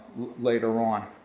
later on.